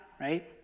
right